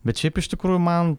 bet šiaip iš tikrųjų man